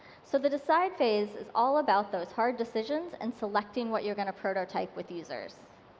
so the decide phase is all about those hard decisions and selecting what you're going to prototype with users.